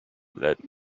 let